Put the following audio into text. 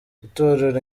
itorero